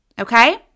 okay